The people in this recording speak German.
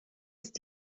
ist